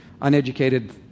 uneducated